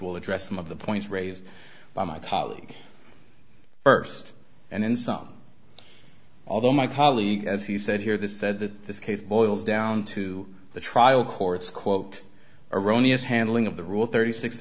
will address some of the points raised by my colleague st and insult although my colleague as he said here this said that this case boils down to the trial court's quote erroneous handling of the rule thirty six